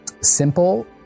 Simple